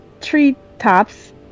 treetops